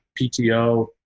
PTO